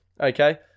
Okay